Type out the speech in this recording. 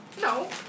No